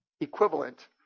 equivalent